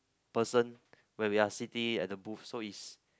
person where we are city at the booth so it's